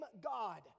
God